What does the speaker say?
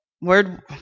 Word